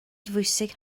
fiwsig